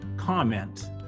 comment